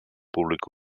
públic